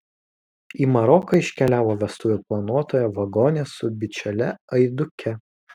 į maroką iškeliavo vestuvių planuotoja vagonė su bičiule aiduke